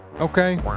Okay